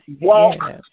walk